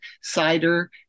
cider